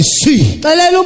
see